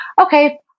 okay